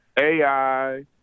AI